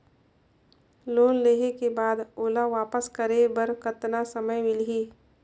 Loan लेहे के बाद ओला वापस करे बर कतना समय मिलही?